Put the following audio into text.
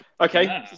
Okay